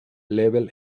level